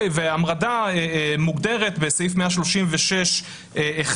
המרדה מוגדרת בסעיף 136(1),